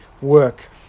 work